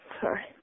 Sorry